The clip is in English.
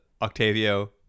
Octavio